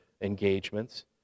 engagements